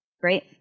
great